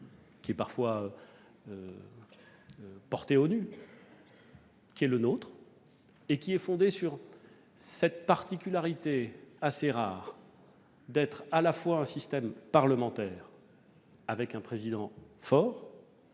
critiqué, parfois porté aux nues, mais qui est le nôtre et qui est fondé sur cette particularité assez rare d'être un système parlementaire avec un président fort,